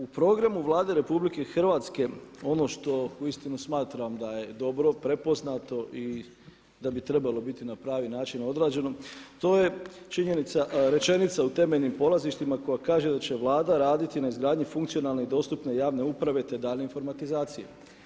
U programu Vlade Republike Hrvatske ono što uistinu smatram da je dobro prepoznato i da bi trebalo biti na pravi način odrađeno to je činjenica, rečenica u temeljnim polazištima koja kaže da će Vlada raditi na izgradnji funkcionalne i dostupne javne uprave te daljnje informatizacije.